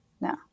No